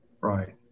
Right